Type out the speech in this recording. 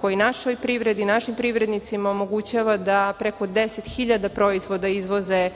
koji našoj privredi, našim privrednicima omogućava da preko 10.000 proizvoda izvoze